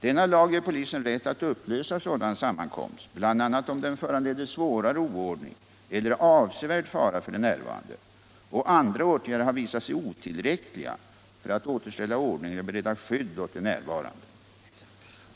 Denna lag ger polisen rätt att upplösa sådan sammankomst, bl.a. om mötet föranleder svårare oordning eller avsevärd fara för de närvarande och andra åtgärder har visat sig otillräckliga för att återställa ordningen eller bereda skydd åt de närvarande.